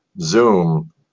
Zoom